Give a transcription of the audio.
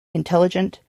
intelligent